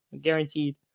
Guaranteed